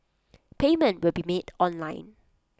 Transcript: payment will be made online